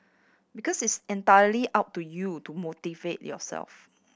because it's entirely up to you to motivate yourself